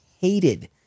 hated